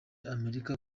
amerika